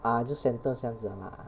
ah 就 sentence 这样子的 mah